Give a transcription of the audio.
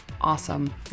Awesome